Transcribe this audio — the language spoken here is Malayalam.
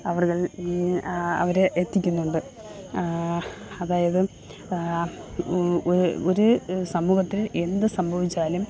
അവർകൾ അവർ എത്തിക്കുന്നുണ്ട് അതായത് ഒരു സമൂഹത്തിൽ എന്ത് സംഭവിച്ചാലും